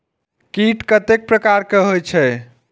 कीट कतेक प्रकार के होई छै?